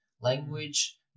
language